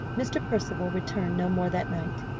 mr. percival returned no more that night.